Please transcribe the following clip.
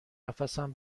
نفسم